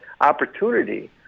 opportunity